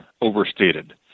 overstated